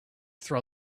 throw